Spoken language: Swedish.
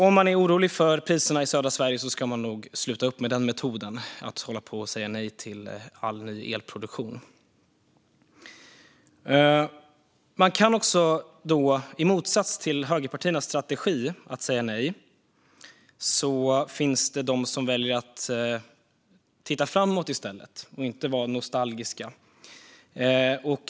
Om man är orolig för priserna i södra Sverige ska man nog sluta upp med den metoden, med att säga nej till all ny elproduktion. I motsats till högerpartiernas strategi att säga nej finns det de som väljer att titta framåt i stället och inte är nostalgiska.